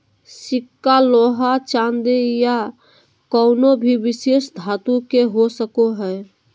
सिक्का लोहा चांदी या कउनो भी विशेष धातु के हो सको हय